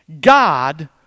God